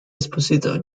esposito